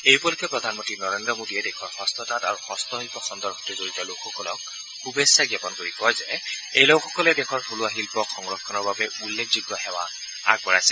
এই উপলক্ষে প্ৰধানমন্ত্ৰী নৰেন্দ্ৰ মোদীয়ে দেশৰ হস্ততাঁত আৰু হস্ত শিল্প খণ্ডত জডিত লোকসকলক শুভেচ্ছা জ্ঞাপন কৰি কয় যে এই লোকসকলে দেশৰ থলুৱা শিল্পক সংৰক্ষণৰ বাবে উল্লেখযোগ্য সেৱা আগবঢ়াইছে